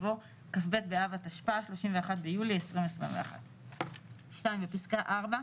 יבוא 'כ"ב באב התשפ"א, 31 ביולי 2021. בפסקה 4,